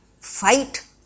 fight